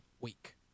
week